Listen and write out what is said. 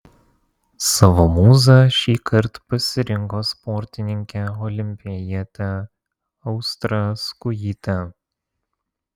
savo mūza šįkart pasirinko sportininkę olimpietę austrą skujytę